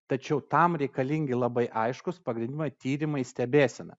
tačiau tam reikalingi labai aiškūs pagrindimą tyrimai stebėsena